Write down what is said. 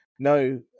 no